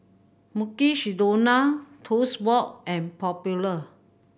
Mukshidonna Toast Box and Popular